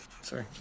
Sorry